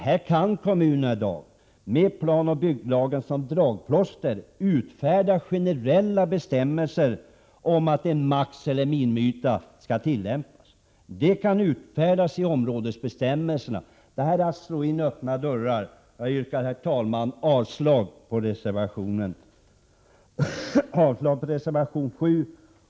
Här kan kommunerna i dag, med stöd av planoch bygglagen, utfärda generella bestämmelser för vilken maxeller minimiyta som skall tillämpas. Sådana utfärdanden kan göras i områdesbestämmelserna. Det som föreslås i reservationen är att slå in öppna dörrar.